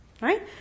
Right